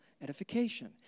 edification